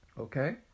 Okay